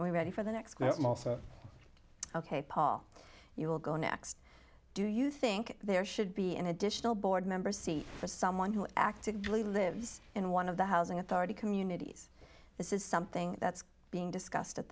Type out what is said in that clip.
now ready for the next ok paul you will go next do you think there should be an additional board member seat for someone who actively lives in one of the housing authority communities this is something that's being discussed at